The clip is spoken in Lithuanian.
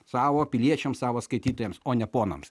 savo piliečiams savo skaitytojams o ne ponams